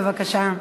בבקשה,